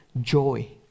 joy